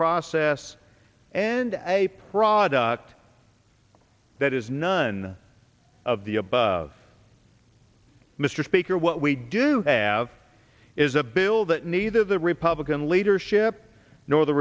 process and a product that is none of the above mr speaker what we do have is a bill that neither the republican leadership nor the